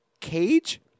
cage